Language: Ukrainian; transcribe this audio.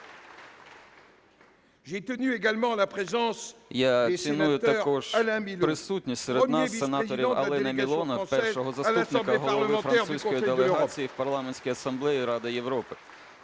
Я ціную також присутність серед нас сенаторів Алена Мілона, першого заступника Голови французької делегації в Парламентській Асамблеї Ради Європи,